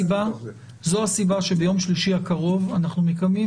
זו הסיבה שביום שלישי הקרוב אנחנו מקיימים